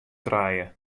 trije